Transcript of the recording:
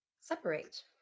separate